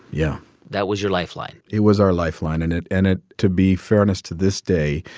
yeah that was your lifeline it was our lifeline. and it and it to be fairness, to this day,